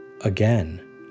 Again